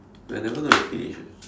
we're never gonna finish eh